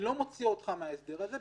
אני לא מוציא אותך מההסדר הזה,